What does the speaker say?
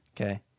Okay